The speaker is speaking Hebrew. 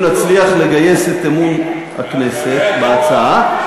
אם נצליח לגייס את אמון הכנסת להצעה.